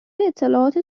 اطلاعات